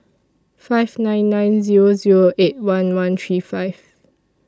five nine nine Zero Zero eight one one three five